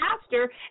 pastor